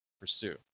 pursue